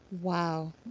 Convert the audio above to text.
Wow